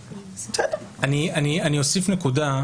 אני רוצה להוסיף עוד נקודה.